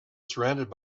surrounded